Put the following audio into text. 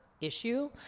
issue